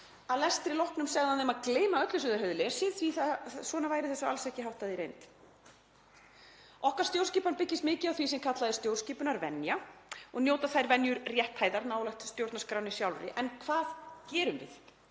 Að lestri loknum segði hann þeim að gleyma öllu sem þau hefðu lesið því að svona væri þessu alls ekki háttað í reynd. Okkar stjórnskipan byggist mikið á því sem kallað er stjórnskipunarvenja og njóta þær venjur rétthæðar nálægt stjórnarskránni sjálfri. En hvað gerum við